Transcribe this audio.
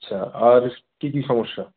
আচ্ছা আর কি কি সমস্যা